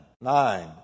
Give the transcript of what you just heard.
nine